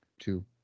two